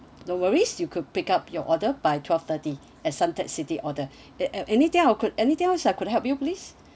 no worries you could pick up your order by twelve thirty at suntec city order an~ an~ anything else I could anythings else I could help you please